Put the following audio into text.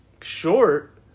short